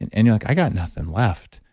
and and you're like, i got nothing left.